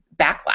backlash